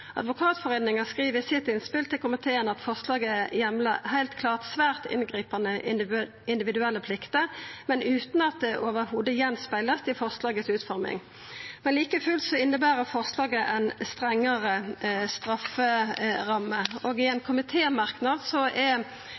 skriv i sitt innspel til komiteen at forslaget heilt klart heimlar svært inngripande individuelle plikter, men utan at det i det heile er spegla i utforminga av forslaget. Like fullt inneber forslaget ei strengare strafferamme, og i ein komitémerknad er